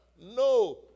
No